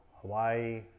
hawaii